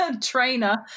trainer